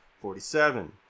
forty-seven